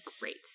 great